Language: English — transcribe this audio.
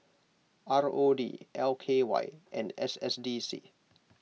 R O D L K Y and S S D C